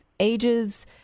ages